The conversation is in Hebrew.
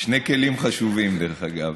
שני כלים חשובים, דרך אגב.